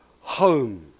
home